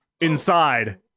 inside